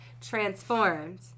transformed